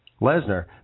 Lesnar